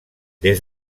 des